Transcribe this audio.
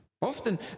Often